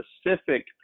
specific